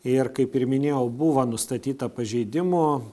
ir kaip ir minėjau buvo nustatyta pažeidimų